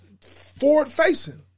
forward-facing